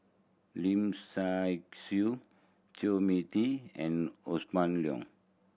Lim Say Siu Chu Mia Tee and Leong